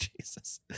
Jesus